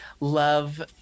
love